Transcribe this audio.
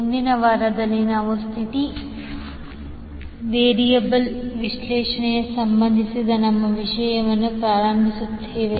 ಮುಂದಿನ ವಾರದಲ್ಲಿ ನಾವು ಸ್ಥಿತಿ ವೇರಿಯಬಲ್ ವಿಶ್ಲೇಷಣೆಗೆ ಸಂಬಂಧಿಸಿದ ನಮ್ಮ ವಿಷಯವನ್ನು ಪ್ರಾರಂಭಿಸುತ್ತೇವೆ